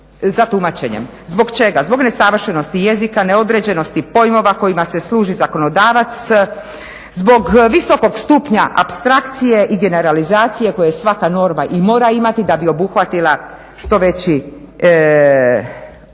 za tumačenjem. Zbog čega? Zbog nesavršenosti jezika neodređenosti pojmova kojima se služi zakonodavac, zbog visokog stupnja apstrakcije i generalizacije koja svaka norma i mora imati da bi obuhvatila što veći opseg